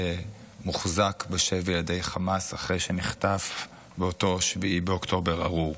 מוחזק בשבי על ידי חמאס אחרי שנחטף באותו 7 באוקטובר הארור.